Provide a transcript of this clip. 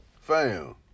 fam